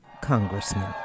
congressman